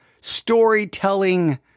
storytelling